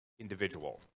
individual